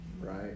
right